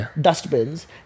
Dustbins